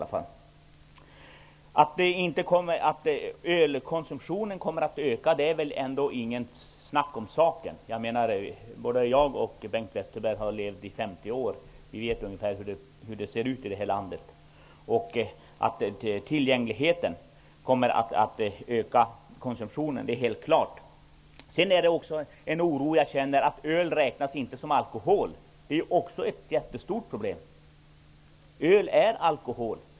Att ölkonsumtionen kommer att öka är det väl ändå inget tvivel om. Både jag och Bengt Westerberg har levt i 50 år -- vi vet ungefär hur det ser ut här i landet. Tillgängligheten kommer att öka konsumtionen -- det är helt klart. Jag känner också oro över att öl inte räknas som alkohol. Det är också ett jättestort problem. Öl är alkohol.